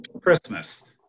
Christmas